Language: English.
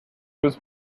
was